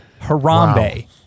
harambe